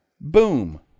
Boom